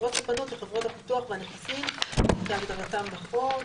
חברות ספנות וחברת הפיתוח והנכסים כהגדרתה בחוק.